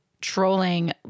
trolling